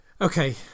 Okay